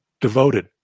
devoted